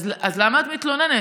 אז למה את מתלוננת?